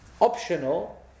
optional